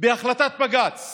בהחלטת בג"ץ